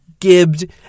gibbed